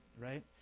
Right